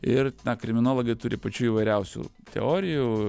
ir na kriminologai turi pačių įvairiausių teorijų